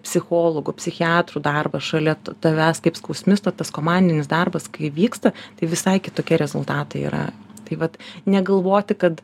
psichologų psichiatrų darbas šalia tavęs kaip skausmisto tas komandinis darbas kai vyksta tai visai kitokie rezultatai yra tai vat negalvoti kad